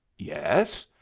yes.